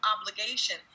obligation